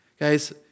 Guys